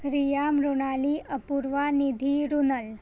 Riya Mrunali Apurva Nidhi Runal